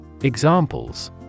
Examples